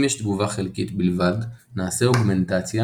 אם יש תגובה חלקית בלבד נעשה אוגמנטציה